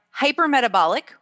hypermetabolic